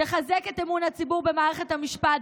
היא תחזק את אמון הציבור במערכת המשפט,